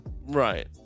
Right